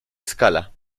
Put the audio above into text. escala